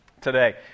today